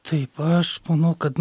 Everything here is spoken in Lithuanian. taip aš manau kad